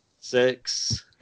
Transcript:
six